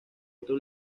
otro